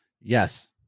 Yes